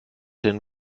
den